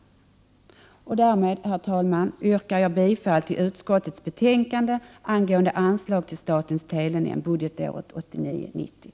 Herr talman! Med det anförda yrkar jag bifall till hemställan i utskottets betänkande angående anslag till statens telenämnd när det gäller budgetåret 1989/90.